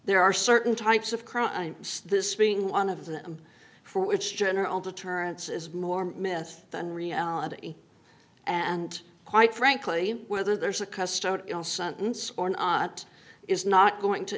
there are certain types of crime this being one of them for which general to turn it's more myth than reality and quite frankly whether there's a customer sentence or not is not going to